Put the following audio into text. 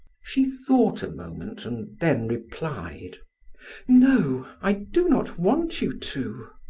she thought a moment and then replied no i do not want you to.